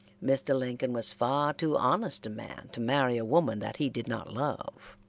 mr. lincoln was far too honest a man to marry a woman that he did not love.